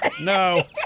No